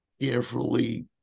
carefully